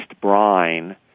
brine